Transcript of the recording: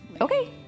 okay